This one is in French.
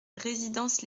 résidence